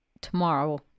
tomorrow